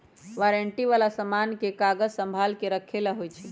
warranty वाला समान के कागज संभाल के रखे ला होई छई